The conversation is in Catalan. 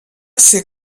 ser